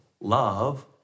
Love